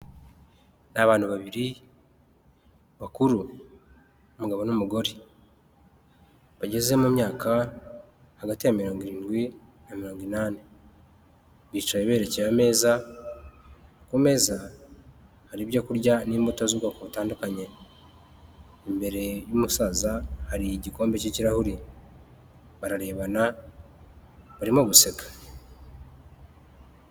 Ni abantu babiri bakuru, umugabo n'umugore, bageze mu myaka hagati ya mirongo irindwi na mirongi inani, bicaye berekeye ameza, ku meza hari ibyo kurya n'imbuto z'ubwoko butandukanye, imbere y'umusaza hari igikombe cy'ikirahuri, bararebana barimo guseka.